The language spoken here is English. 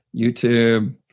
YouTube